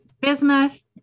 bismuth